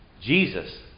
Jesus